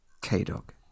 K-Dog